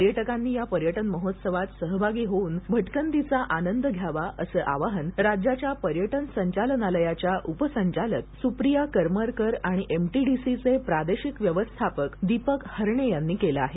पर्यटकांनी या पर्यटन महोत्सवात सहभागी होऊन भटकंतीचा आनंद घ्यावा असं आवाहन राज्याच्या पर्यटन संचालनालयाच्या उपसंचालक सुप्रिया करमरकर आणि एमटीडीसीचे प्रादेशिक व्यवस्थापक दीपक हरणे यांनी केलं आहे